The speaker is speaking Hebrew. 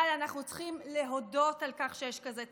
אבל אנחנו צריכים להודות על כך שיש כזה תפקיד.